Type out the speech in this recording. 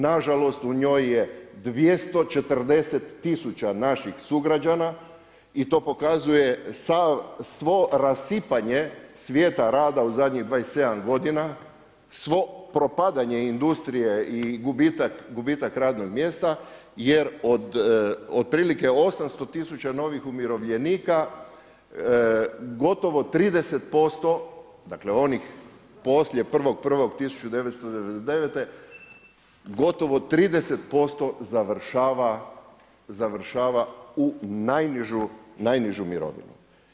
Nažalost u njoj je 240.000 naših sugrađana i to pokazuje svo rasipanje svijeta rada u zadnjih 27 godina, svo propadanje industrije i gubitak ranog mjesta jer otprilike 800.000 novih umirovljenika gotovo 30%, dakle onih 1.1.1999. gotovo 30% završava u najnižu mirovinu.